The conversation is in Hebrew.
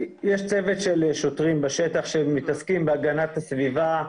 יש צוות של שוטרים בשטח שמתעסקים בהגנת הסביבה,